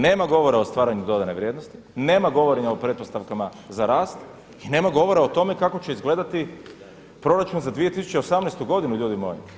Nema govora o stvaranju dodane vrijednosti, nema govorenja o pretpostavkama za rast i nema govora o tome kako će izgledati proračun za 2018. godinu ljudi moji.